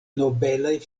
nobelaj